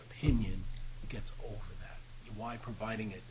opinion gets why providing it